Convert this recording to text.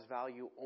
value